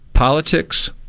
Politics